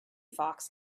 fox